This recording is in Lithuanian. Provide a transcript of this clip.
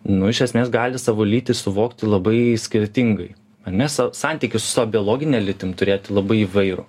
nu iš esmės gali savo lytį suvokti labai skirtingai ar ne sa santykį su savo biologine lytim turėti labai įvairų